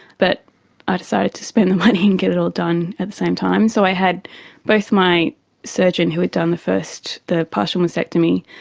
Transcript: but i decided to spend the money and get it all done at the same time. so i had both my surgeon who had done the first, first, the partial mastectomy,